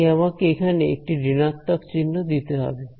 তাই আমাকে এখানে একটি ঋণাত্মক চিহ্ন দিতে হবে